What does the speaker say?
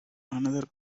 another